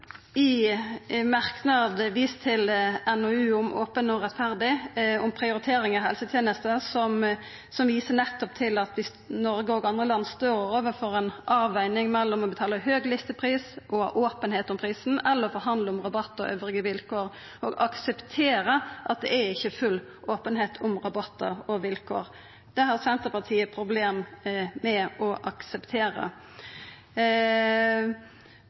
i ein merknad vist til NOU 2014:12, Åpent og rettferdig – prioriteringer i helsetjenesten, som nettopp viser til at Noreg og andre land står overfor ei avveging mellom å betala høg listepris og openheit om prisen eller forhandla om rabatt og andre vilkår og akseptera at det ikkje er full openheit om rabattar og vilkår. Det har Senterpartiet problem med å akseptera.